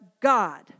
God